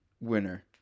winner